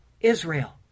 Israel